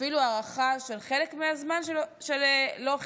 אפילו הארכה של חלק מהזמן שלו,